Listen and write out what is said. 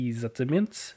Exatamente